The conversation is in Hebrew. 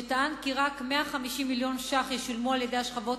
שטען כי רק 150 מיליון שקלים ישולמו על-ידי השכבות